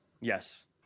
Yes